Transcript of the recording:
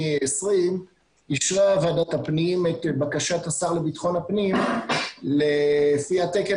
20' אישרה ועדת הפנים את בקשת השר לבטחון הפנים לפיה תקן